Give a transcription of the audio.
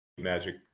magic